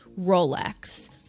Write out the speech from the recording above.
Rolex